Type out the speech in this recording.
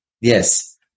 Yes